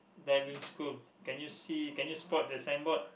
diving scoot can you see can you spot the signboard